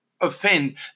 offend